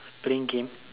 playing game